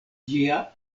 ĝia